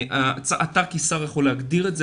אתה כשר יכול להגדיר את זה,